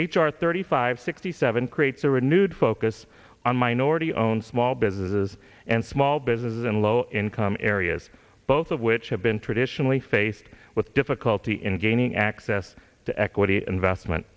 r thirty five sixty seven creates a renewed focus on minority owned small businesses and small businesses in low income areas both of which have been traditionally faced with difficulty in gaining access to equity investment